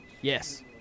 Yes